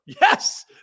Yes